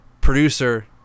producer